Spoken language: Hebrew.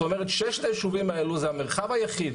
זאת אומרת ששת היישובים האלו זה המרחב היחיד